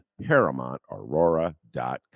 ParamountAurora.com